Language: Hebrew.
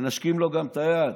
מנשקים לו גם את היד,